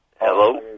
Hello